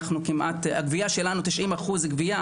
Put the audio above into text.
יש אצלנו 90% גבייה,